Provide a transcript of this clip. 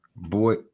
Boy